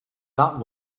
that